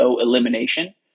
elimination